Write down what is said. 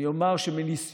להבנה,